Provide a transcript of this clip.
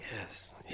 Yes